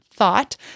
thought